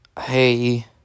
hey